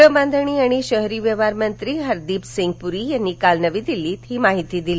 गृहबांधणी आणि शहरी व्यवहार मंत्री हरदीप सिंग पुरी यांनी काल नविदिल्लीत ही माहिती दिली